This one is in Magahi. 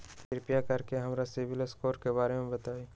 कृपा कर के हमरा सिबिल स्कोर के बारे में बताई?